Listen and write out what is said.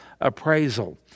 appraisal